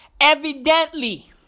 evidently